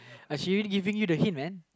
uh she already giving you the hint man